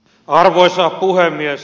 arvoisa puhemies